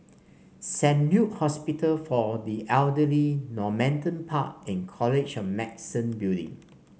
Saint Luke Hospital for the Elderly Normanton Park and College of Medicine Building